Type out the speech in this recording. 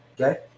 Okay